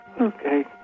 Okay